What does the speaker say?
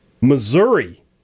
Missouri